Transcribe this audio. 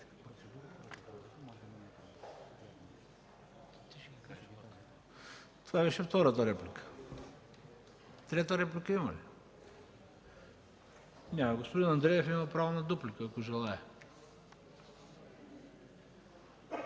Това беше втората реплика. Трета реплика има ли? Господин Андреев има право на дуплика, ако желае.